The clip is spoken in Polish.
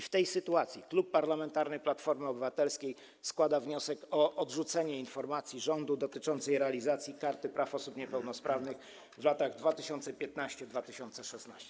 W tej sytuacji Klub Parlamentarny Platforma Obywatelska składa wniosek o odrzucenie informacji rządu dotyczącej realizacji Karty Praw Osób Niepełnosprawnych w latach 2015 i 2016.